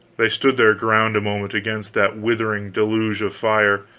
they stood their ground a moment against that withering deluge of fire,